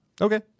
Okay